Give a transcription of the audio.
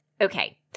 Okay